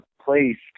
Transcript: placed